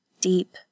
deep